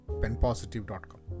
penpositive.com